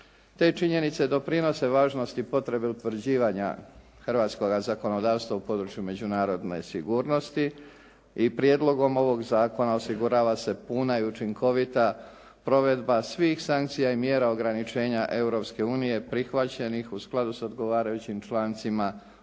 Te činjenice doprinose važnosti potrebe utvrđivanja hrvatskoga zakonodavstva u području međunarodne sigurnosti i prijedlogom ovoga zakona osigurava se puna i učinkovita provedba svih sankcija i mjera ograničenja Europske unije prihvaćenih u skladu s odgovarajućim člancima Ugovora